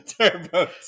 Turbo